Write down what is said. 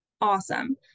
Awesome